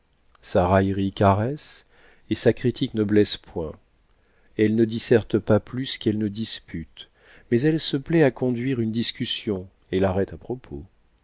sa raillerie caresse et sa critique ne blesse point elle ne disserte pas plus qu'elle ne dispute mais elle se plaît à conduire une discussion et l'arrête à propos